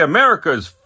America's